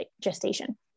gestation